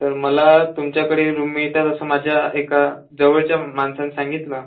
तर मला तुमच्याकडे रूम मिळतात असं माझ्या एका जवळच्या माणसानं सांगितलं